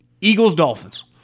Eagles-Dolphins